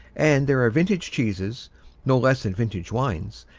and there are vintage cheeses no less than vintage wines,